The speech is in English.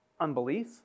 unbelief